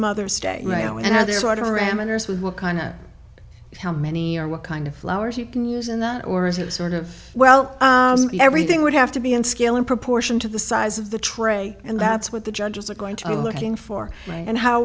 mother's day and there's water enters with what kind of how many or what kind of flowers you can use in that or is it sort of well everything would have to be in scale in proportion to the size of the tray and that's what the judges are going to looking for and how